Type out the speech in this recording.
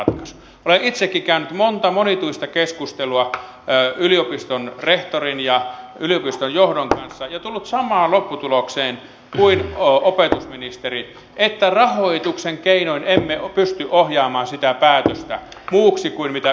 olen itsekin käynyt monta monituista keskustelua yliopiston rehtorin ja yliopiston johdon kanssa ja tullut samaan lopputulokseen kuin opetusministeri että rahoituksen keinoin emme pysty ohjaamaan sitä päätöstä muuksi kuin mitä yliopisto on päättänyt